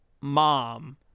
mom